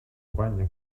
guanya